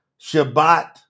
Shabbat